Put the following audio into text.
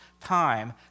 time